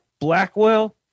Blackwell